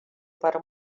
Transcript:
para